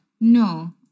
No